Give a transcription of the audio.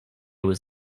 was